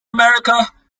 america